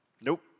Nope